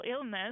illness